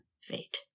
fate